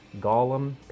Gollum